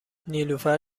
نیلوفر